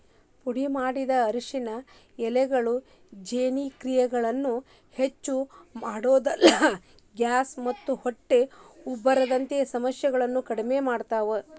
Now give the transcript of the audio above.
ಪುಡಿಮಾಡಿದ ಅರಿಶಿನ ಎಲೆಗಳು ಜೇರ್ಣಕ್ರಿಯೆಯನ್ನ ಹೆಚ್ಚಮಾಡೋದಲ್ದ, ಗ್ಯಾಸ್ ಮತ್ತ ಹೊಟ್ಟೆ ಉಬ್ಬರದಂತ ಸಮಸ್ಯೆಗಳನ್ನ ಕಡಿಮಿ ಮಾಡ್ತಾವ